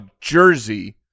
Jersey